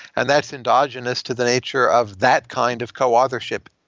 and that's endogenous to the nature of that kind of co-authorship.